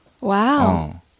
Wow